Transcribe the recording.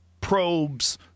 probes